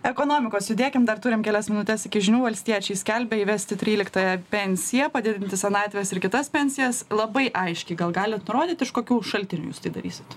ekonomikos judėkim dar turim kelias minutes iki žinių valstiečiai skelbia įvesti tryliktąją pensiją padidinti senatvės ir kitas pensijas labai aiškiai gal galit nurodyt iš kokių šaltinių jūs tai darysit